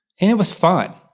and it was fun.